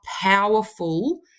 powerful